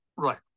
Right